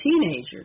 teenagers